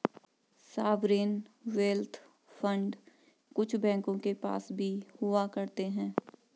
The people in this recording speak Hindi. सॉवरेन वेल्थ फंड कुछ बैंकों के पास भी हुआ करते हैं